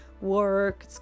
work